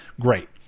great